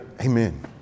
Amen